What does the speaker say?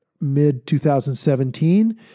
mid-2017